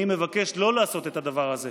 אני מבקש לא לעשות את הדבר הזה.